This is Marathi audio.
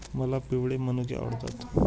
मला पिवळे मनुके आवडतात